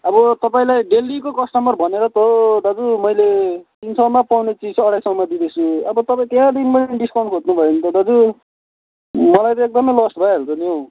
अब तपाईँलाई डेलीको कस्टमर भनेर त हो दाजु मैले तिन सयमा पाउने चिज अढाई सयमा दिँदैछु अब तपाईँ त्यहाँदेखिन् पनि डिस्काउन्ट खोज्नु भयो भन्त दाजु मलाई त एकदमै लस्ट भइहाल्छ नि हौ